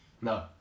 No